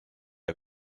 der